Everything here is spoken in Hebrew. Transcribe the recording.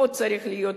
פה צריך להיות אבחון,